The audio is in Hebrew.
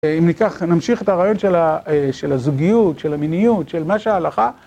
אם נמשיך את הרעיון של הזוגיות, של המיניות, של מה שההלכה...